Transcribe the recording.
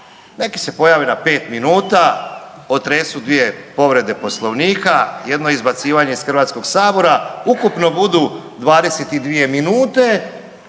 Neki se pojave na 5 minuta, otresu dvije povrede Poslovnika, jedno izbacivanje iz HS, ukupno budu 22 minute,